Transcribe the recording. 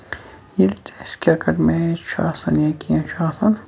ییٚلہِ تہِ اَسہِ کِرکٹ میچ چھُ آسان یا کیٚنٛہہ چھُ آسان